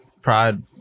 pride